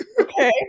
Okay